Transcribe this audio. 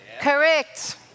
Correct